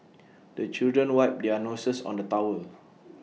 the children wipe their noses on the towel